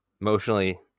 emotionally